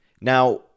Now